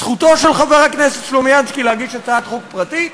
זכותו של חבר הכנסת סלומינסקי להגיש הצעת חוק פרטית,